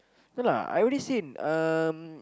no lah I already seen um